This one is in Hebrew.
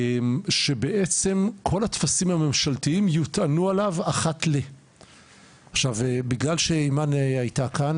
כל הטפסים הממשלתיים יוטענו עליו אחת לכמה זמן,